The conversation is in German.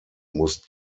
muss